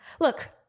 Look